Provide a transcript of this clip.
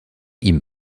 ihm